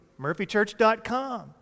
murphychurch.com